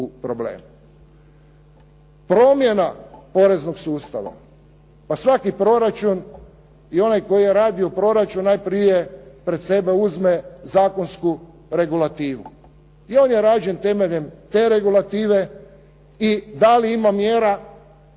probleme. Promjena poreznog sustava, pa svaki proračun i onaj koji je radio proračun i onaj koji je radio proračun najprije pred sebe uzme zakonsku regulativu. I on je rađen temeljem te regulative i da li ima mjera,